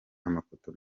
amafoto